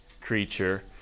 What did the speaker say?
creature